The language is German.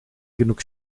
genug